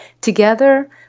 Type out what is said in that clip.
together